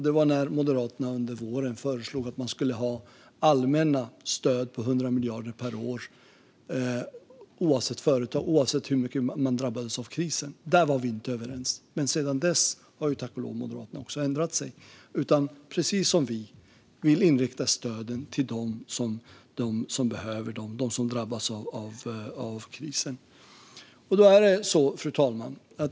Det var när Moderaterna under våren föreslog att man skulle ha allmänna stöd på 100 miljarder per år oavsett hur mycket företag drabbades av krisen. Där var vi inte överens. Men sedan dess har tack och lov Moderaterna också ändrat sig. De vill precis som vi rikta stöden till dem som behöver dem och som drabbas av krisen. Fru talman!